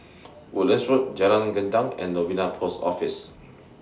Woodlands Road Jalan Gendang and Novena Post Office